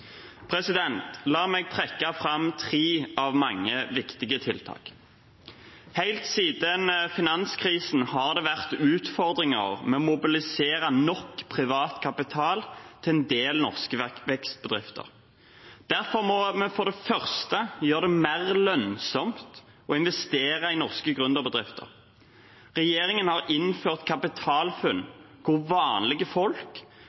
La meg trekke fram tre av mange viktige tiltak. Helt siden finanskrisen har det vært utfordringer med å mobilisere nok privat kapital til en del norske vekstbedrifter. Derfor må vi for det første gjøre det mer lønnsomt å investere i norske gründerbedrifter. Regjeringen har innført Kapitalfunn, hvor vanlige folk